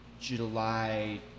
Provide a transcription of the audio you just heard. July